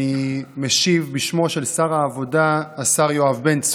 אני משיב בשמו של שר העבודה, השר יואב בן צור.